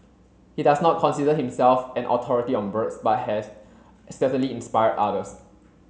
he does not consider himself an authority on birds but has certainly inspired others